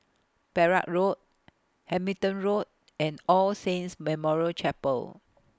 Perak Road Hamilton Road and All Saints Memorial Chapel